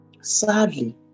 sadly